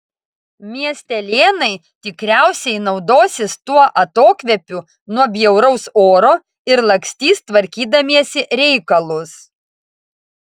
miestelėnai tikriausiai naudosis tuo atokvėpiu nuo bjauraus oro ir lakstys tvarkydamiesi reikalus